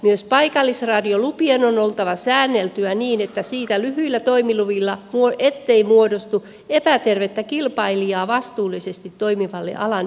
myös paikallisradiolupien on oltava säänneltyjä niin että siinteli kyllä toimiluvilla on ettei muodostu epätervettä kilpailijaa vastuullisesti toimivalle alan yrittäjälle